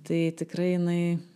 tai tikrai jinai